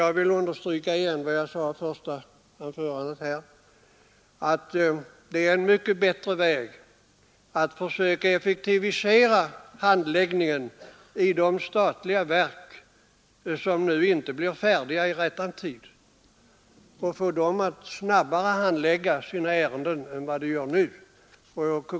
Jag vill understryka vad jag sade i mitt första anförande, att det är en bättre väg att försöka effektivisera handläggningen i de statliga verk som nu inte blir färdiga i rättan tid så att de får fram sina ärenden snabbare än de gör nu.